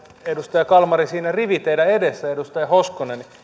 edustaja kalmari siinä rivillä teidän edessänne edustaja hoskonen